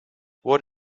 what